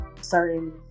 certain